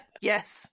yes